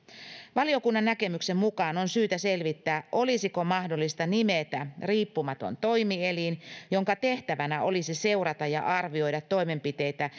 valiokunnan näkemyksen mukaan on syytä selvittää olisiko mahdollista nimetä riippumaton toimielin jonka tehtävänä olisi seurata ja arvioida toimenpiteitä